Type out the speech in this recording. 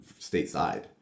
stateside